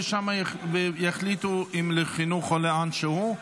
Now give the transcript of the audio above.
ושם יחליטו אם לחינוך או לאן שהוא.